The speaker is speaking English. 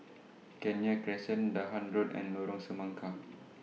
Kenya Crescent Dahan Road and Lorong Semangka